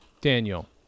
Daniel